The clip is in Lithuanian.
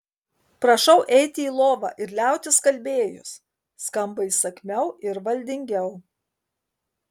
prašau eiti į lovą ir liautis kalbėjus skamba įsakmiau ir valdingiau